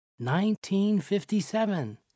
1957